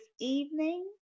evening